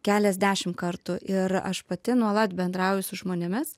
keliasdešim kartų ir aš pati nuolat bendrauju su žmonėmis